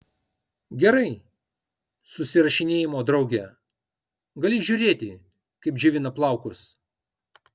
gerai susirašinėjimo drauge gali žiūrėti kaip džiovina plaukus